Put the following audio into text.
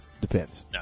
Depends